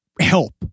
help